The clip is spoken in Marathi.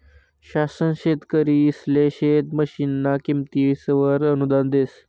शासन शेतकरिसले शेत मशीनना किमतीसवर अनुदान देस